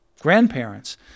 grandparents